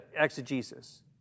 exegesis